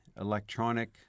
electronic